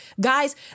Guys